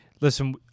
Listen